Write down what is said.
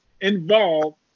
involved